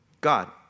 God